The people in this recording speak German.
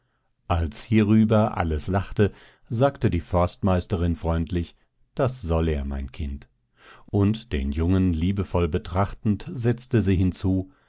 als hierüber alles lachte sagte die forstmeisterin freundlich das soll er mein kind und den jungen liebevoll betrachtend setzte sie hinzu